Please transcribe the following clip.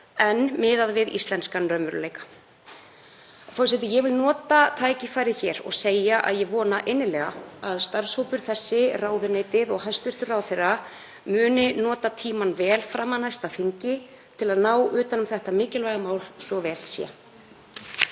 en miða við íslenskan raunveruleika. Forseti. Ég vil nota tækifærið og segja að ég vona innilega að starfshópur þessi, ráðuneytið og hæstv. ráðherra muni nota tímann vel fram að næsta þingi til að ná utan um þetta mikilvæga mál svo að vel sé.